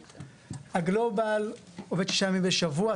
הגלובאל עובד שישה ימים בשבוע.